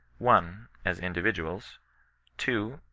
one. as individuals two.